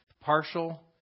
partial